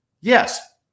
yes